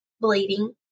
bleeding